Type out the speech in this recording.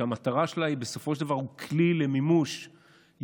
שהמטרה שלה היא בסופו של דבר להיות כלי למימוש יעדים,